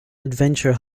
adventure